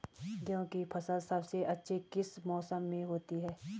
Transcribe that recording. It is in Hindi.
गेहूँ की फसल सबसे अच्छी किस मौसम में होती है